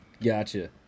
gotcha